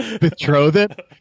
betrothed